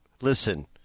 listen